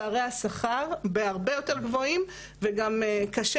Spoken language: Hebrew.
פערי השכר בהרבה יותר גבוהים וגם קשה